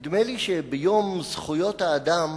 נדמה לי שביום זכויות האדם